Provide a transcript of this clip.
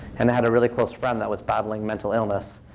and i had a really close friend that was battling mental illness.